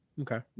Okay